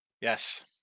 Yes